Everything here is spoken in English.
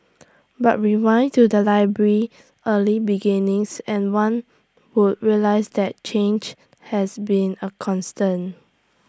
but rewind to the library's early beginnings and one would realise that change has been A constant